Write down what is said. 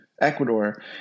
Ecuador